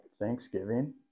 Thanksgiving